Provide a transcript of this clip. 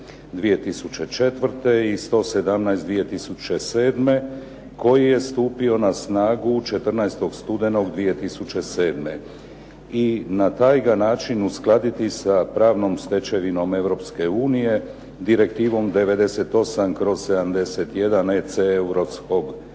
72/04. i 117/07. koji je stupio na snagu 14. studenog 2007. i na taj ga način uskladiti s pravnom stečevinom Europske unije, Direktivom 98/71 EC